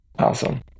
Awesome